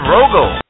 Rogel